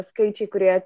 skaičiai kurie